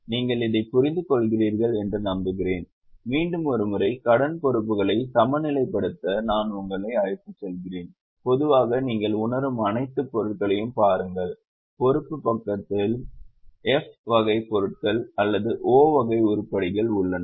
நீங்கள் இதை புரிந்துகொள்கிறீர்கள் என்று நம்புகிறேன் மீண்டும் ஒரு முறை கடன் பொறுப்புகளை சமநிலைப்படுத்த நான் உங்களை அழைத்துச் செல்கிறேன் பொதுவாக நீங்கள் உணரும் அனைத்து பொருட்களையும் பாருங்கள் பொறுப்பு பக்கத்தில் F வகை பொருட்கள் அல்லது O வகை உருப்படிகள் உள்ளன